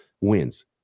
wins